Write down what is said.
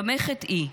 במה חטאי?